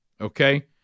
okay